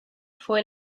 fue